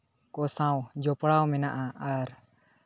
ᱠᱚ ᱥᱟᱣ ᱡᱚᱯᱲᱟᱣ ᱢᱮᱱᱟᱜᱼᱟ ᱟᱨ